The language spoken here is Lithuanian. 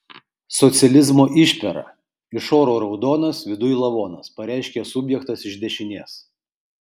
socializmo išpera iš oro raudonas viduj lavonas pareiškė subjektas iš dešinės